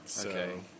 Okay